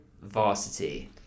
Varsity